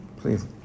Please